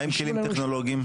מה עם כלים טכנולוגיים?